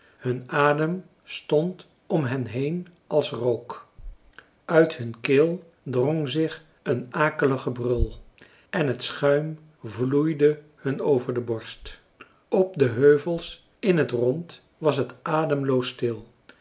hun adem stond om hen heen als rook uit hun keel drong zich een akelig gebrul en het schuim vloeide hun over de borst op de heuvels in t rond was het ademloos stil